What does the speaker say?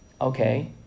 Okay